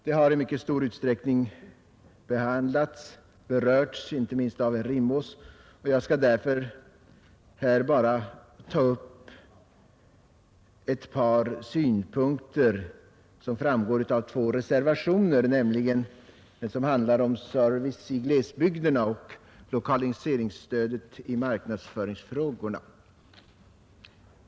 De har i mycket stor utsträckning redan berörts, inte minst av herr Rimås, och jag skall därför här bara ta upp ett par synpunkter som anföres i två reservationer, nämligen den som handlar om service i glesbygderna och den om lokaliseringsstödet och marknadsföringsfrågorna.